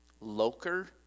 Loker